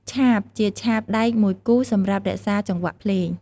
ឆាប ជាឆាបដែកមួយគូសម្រាប់រក្សាចង្វាក់ភ្លេង។